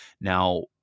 Now